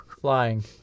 flying